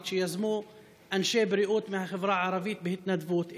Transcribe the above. שיזמו אנשי בריאות מהחברה הערבית בהתנדבות,